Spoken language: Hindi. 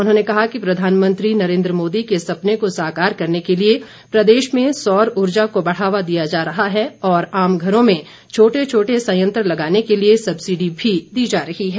उन्होंने कहा कि प्रधानमंत्री नरेन्द्र मोदी के सपने को साकार करने के लिए प्रदेश में सौर ऊर्जा को बढ़ावा दिया जा रहा है और आम घरों में छोटे छोटे संयंत्र लगाने के लिए सब्सिडी भी दी जा रही है